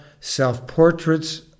self-portraits